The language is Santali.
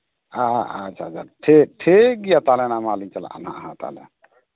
ᱦᱮᱸ ᱦᱮᱸ ᱟᱪᱪᱷᱟ ᱪᱷᱟ ᱴᱷᱤᱠ ᱴᱷᱤᱠ ᱜᱮᱭᱟ ᱛᱟᱦᱚᱞᱮ ᱱᱟᱝ ᱢᱟᱞᱤᱧ ᱪᱟᱞᱟᱜᱼᱟ ᱦᱳᱭ ᱛᱟᱦᱚᱞᱮ